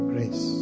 Grace